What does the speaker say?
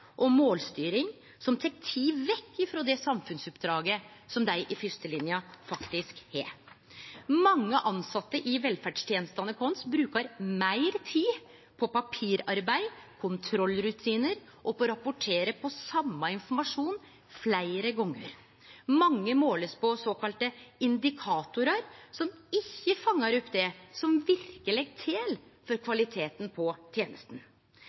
og målstyring som tek tida vekk frå det samfunnsoppdraget som dei i fyrstelinja faktisk har. Mange tilsette i velferdstenestene våre brukar meir tid på papirarbeid, kontrollrutinar og på å rapportere på same informasjon fleire gonger. Mange blir målte på såkalla indikatorar som ikkje fangar opp det som verkeleg tel for kvaliteten på